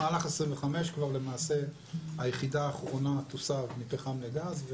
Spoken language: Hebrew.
במהלך 2025 כבר למעשה היחידה האחרונה תוסב מפחם לגז.